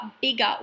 bigger